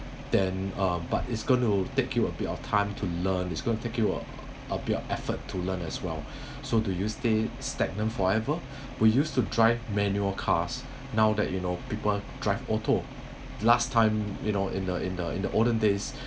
then uh but it's going to take you a bit of time to learn it's going to take you uh a bit of effort to learn as well so do you stay stagnant forever we used to drive manual cars now that you know people drive auto last time you know in the in the in the olden days